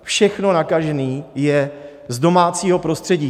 Všechno nakažení je z domácího prostředí.